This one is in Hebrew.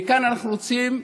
וכאן אנחנו רוצים,